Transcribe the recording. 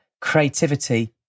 creativity